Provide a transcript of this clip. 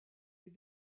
les